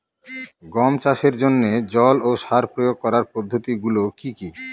গম চাষের জন্যে জল ও সার প্রয়োগ করার পদ্ধতি গুলো কি কী?